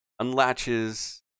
unlatches